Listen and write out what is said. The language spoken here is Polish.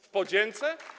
W podzięce?